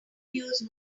use